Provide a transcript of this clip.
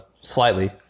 slightly